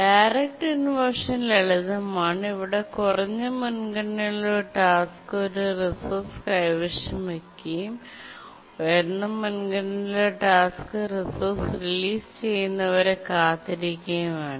direct inversion ലളിതമാണ് അവിടെ കുറഞ്ഞ മുൻഗണനയുള്ള ഒരു ടാസ്ക് ഒരു റിസോഴ്സ് കൈവശം വയ്ക്കുകയും ഉയർന്ന മുൻഗണനയുള്ള ടാസ്ക് റിസോഴ്സ് റിലീസ് ചെയ്യുന്നതുവരെ കാത്തിരിക്കുകയും വേണം